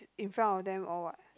in front of them or what